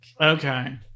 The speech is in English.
Okay